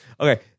okay